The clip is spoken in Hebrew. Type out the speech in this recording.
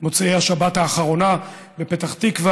במוצאי השבת האחרונה בפתח תקווה,